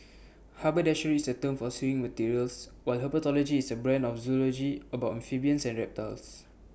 haberdashery is A term for sewing materials while herpetology is A branch of zoology about amphibians and reptiles